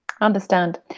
Understand